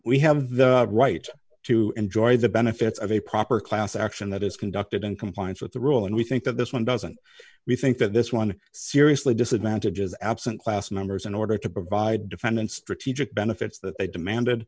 we have the right to enjoy the benefits of a proper class action that is conducted in compliance with the rule and we think that this one doesn't we think that this one seriously disadvantage is absent class numbers in order to provide defendants strategic benefits that they demanded